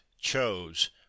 chose